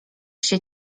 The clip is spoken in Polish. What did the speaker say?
się